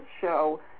show